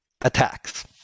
attacks